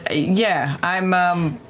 yeah, i'm i'm